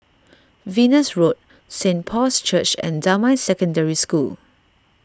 Venus Road Saint Paul's Church and Damai Secondary School